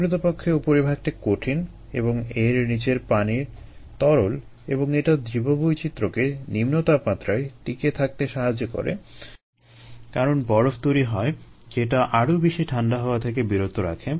প্রকৃতপক্ষে উপরিভাগটি কঠিন এবং এর নিচের পানি তরল এবং এটা জীববৈচিত্র্যকে নিম্নতাপমাত্রায় টিকে থাকতে সাহায্য করে কারণ বরফ তৈরি হয় যেটা আরো বেশি ঠান্ডা হওয়া থেকে বিরত রাখে